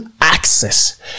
access